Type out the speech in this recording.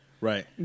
Right